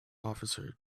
officer